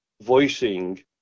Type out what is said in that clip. voicing